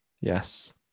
Yes